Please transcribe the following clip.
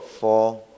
four